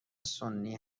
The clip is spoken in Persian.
سنی